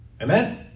Amen